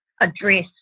address